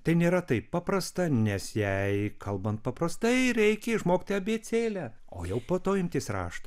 tai nėra taip paprasta nes jei kalbant paprastai reikia išmokti abėcėlę o jau po to imtis rašto